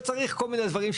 וצריך כל מיני דברים,